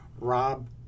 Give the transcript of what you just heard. Rob